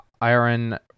Iron